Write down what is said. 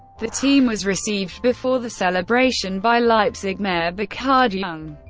the team was received before the celebration by leipzig mayor burkhard jung.